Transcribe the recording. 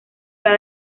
era